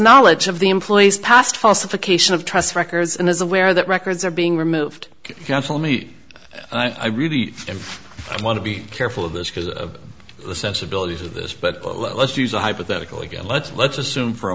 knowledge of the employee's past falsification of trusts records and is aware that records are being removed counsel me i really want to be careful of this because of the sensibilities of this but let's use a hypothetical again let's let's assume for a